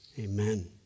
Amen